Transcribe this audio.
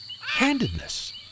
Handedness